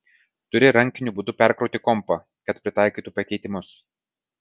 turi rankiniu būdu perkrauti kompą kad pritaikytų pakeitimus